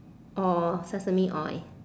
or sesame oil